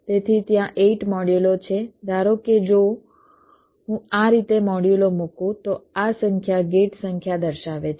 તેથી ત્યાં 8 મોડ્યુલો છે ધારો કે જો હું આ રીતે મોડ્યુલો મુકું તો આ સંખ્યા ગેટ સંખ્યા દર્શાવે છે